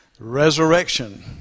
Resurrection